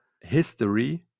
history